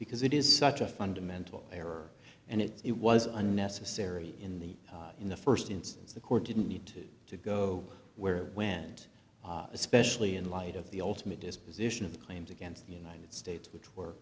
because it is such a fundamental error and it was unnecessary in the in the st instance the court didn't need to to go where went especially in light of the ultimate disposition of the claims against the united states which were